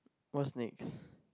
what's next